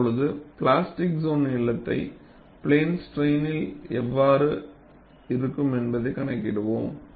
இப்போது plastic zone நீளத்தை plane ஸ்ட்ரைன்இல் எவ்வாறு இருக்கும் என்பதை கணக்கிடுவோம்